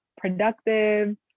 productive